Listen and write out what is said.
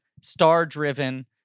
star-driven